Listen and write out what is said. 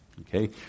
okay